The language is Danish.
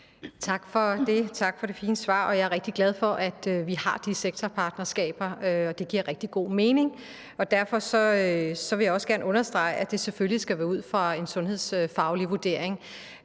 Tak for det fine svar. Jeg er rigtig glad for, at vi har de sektorpartnerskaber, for de giver rigtig god mening. Derfor vil jeg også gerne understrege, at det selvfølgelig skal være ud fra en sundhedsfaglig vurdering.